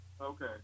Okay